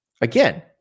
again